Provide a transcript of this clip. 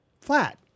flat